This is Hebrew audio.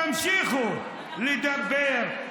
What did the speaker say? תמשיכו לדבר,